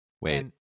Wait